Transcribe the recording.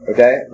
Okay